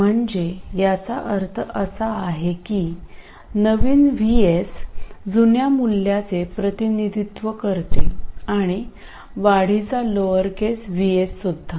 म्हणजे याचा अर्थ असा की नवीन VS जुन्या मूल्याचे प्रतिनिधित्व करते आणि वाढीचे लोअर केस vS